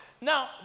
now